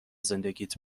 زندگیت